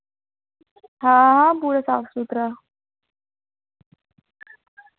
आं बोल त्रैऽ सौ